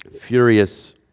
furious